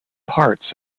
parts